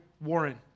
Warren